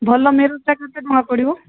ଭଲ ମିରର୍ଟା କେତେ ଟଙ୍କା ପଡ଼ିବ